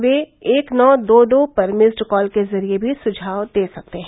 वे एक नौ दो दो पर मिस्ड कॉल के जरिए भी सुझाव दे सकते हैं